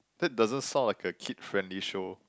that doesn't sound like a kid friendly show